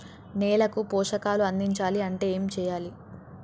నేలకు పోషకాలు అందించాలి అంటే ఏం చెయ్యాలి?